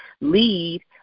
lead